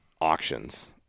auctions